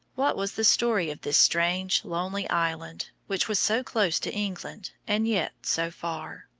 what was the story of this strange, lonely island, which was so close to england and yet so far?